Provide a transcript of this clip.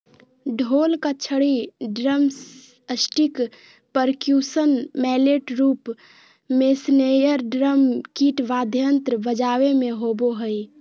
ढोल का छड़ी ड्रमस्टिकपर्क्यूशन मैलेट रूप मेस्नेयरड्रम किट वाद्ययंत्र बजाबे मे होबो हइ